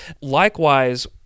Likewise